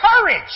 courage